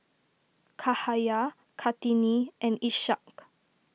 Cahaya Kartini and Ishak